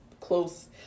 close